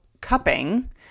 cupping